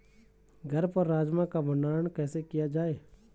घर पर राजमा का भण्डारण कैसे किया जाय?